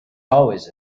always